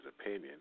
opinion